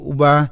Uba